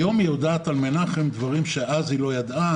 היום היא יודעת על מנחם דברים שאז היא לא ידעה.